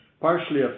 partially